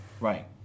Right